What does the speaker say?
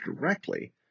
directly